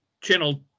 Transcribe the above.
channel